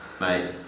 Mate